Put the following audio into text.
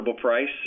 price